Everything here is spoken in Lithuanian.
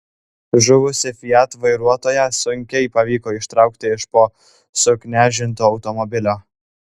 žuvusį fiat vairuotoją sunkiai pavyko ištraukti iš po suknežinto automobilio